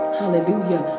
hallelujah